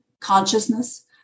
consciousness